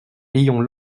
ayons